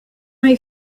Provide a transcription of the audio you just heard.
est